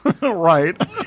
right